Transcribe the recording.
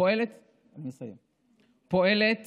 פועלת, אני מסיים, פועלת